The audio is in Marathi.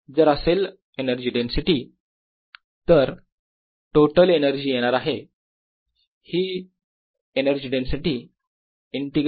जर असेल एनर्जी डेन्सिटी तर टोटल एनर्जी येणार आहे येईल ही एनर्जी डेन्सिटी इंटिग्रेटेड ओव्हर संपूर्ण वोल्युम